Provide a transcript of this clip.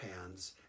hands